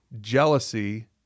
jealousy